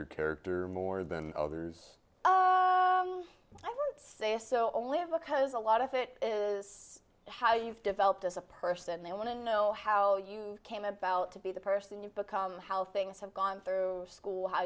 your character more than others i won't say so only because a lot of it is how you've developed as a person they want to know how you came about to be the person you become how things have gone through school how